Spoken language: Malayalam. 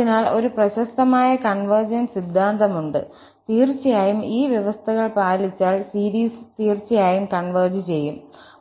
അതിനാൽ ഒരു പ്രശസ്തമായ കൺവേർജെൻസ് സിദ്ധാന്തമുണ്ട് തീർച്ചയായും ഈ വ്യവസ്ഥകൾ പാലിച്ചാൽ സീരീസ് തീർച്ചയായും കൺവെർജ് ചെയ്യും